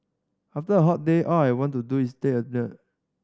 after a hot day all I want to do is take a